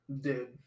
Dude